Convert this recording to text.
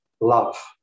love